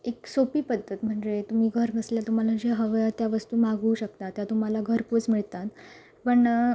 एक सोपी पद्धत म्हणजे तुम्ही घरबसल्या तुम्हाला जे हवं त्या वस्तू मागवू शकता त्या तुम्हाला घरपोच मिळतात पण